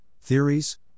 theories